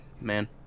man